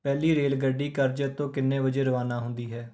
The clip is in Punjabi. ਪਹਿਲੀ ਰੇਲਗੱਡੀ ਕਰਜਤ ਤੋਂ ਕਿੰਨੇ ਵਜੇ ਰਵਾਨਾ ਹੁੰਦੀ ਹੈ